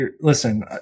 Listen